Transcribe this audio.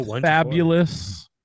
fabulous